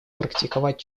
практиковать